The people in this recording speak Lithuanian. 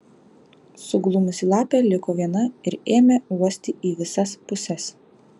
suglumusi lapė liko viena ir ėmė uosti į visas puses